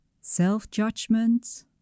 self-judgment